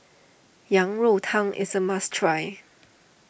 Yang Rou Tang is a must try